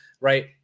right